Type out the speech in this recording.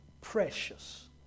Precious